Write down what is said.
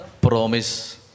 promise